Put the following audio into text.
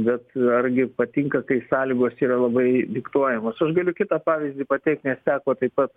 bet argi patinka kai sąlygos yra labai diktuojamos aš galiu kitą pavyzdį pateikt nes teko taip pat